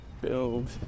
build